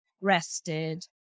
rested